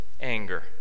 anger